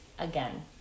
Again